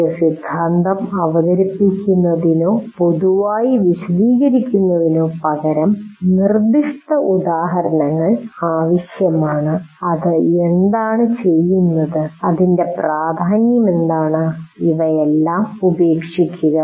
ഒരു സിദ്ധാന്തം അവതരിപ്പിക്കുന്നതിനോ പൊതുവായി വിശദീകരിക്കുന്നതിനോ പകരം നിർദ്ദിഷ്ട ഉദാഹരണങ്ങൾ ആവശ്യമാണ് അത് എന്താണ് ചെയ്യുന്നത് അതിന്റെ പ്രാധാന്യം എന്താണ് ഇവയെല്ളാം ഉപേക്ഷിക്കുക